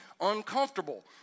uncomfortable